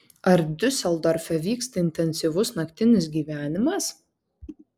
ar diuseldorfe vyksta intensyvus naktinis gyvenimas